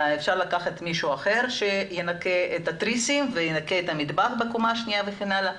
אפשר לקחת מישהו אחר שינקה את התריסים ואת המטבח בקומה השנייה וכן הלאה,